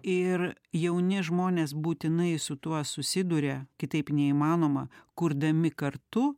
ir jauni žmonės būtinai su tuo susiduria kitaip neįmanoma kurdami kartu